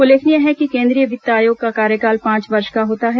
उल्लेखनीय है कि केन्द्रीय वित्त आयोग का कार्यकाल पांच वर्ष का होता है